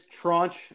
tranche